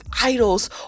idols